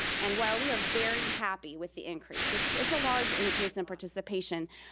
and while we are very happy with the increase, it's it's a large increase in participation,